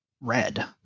red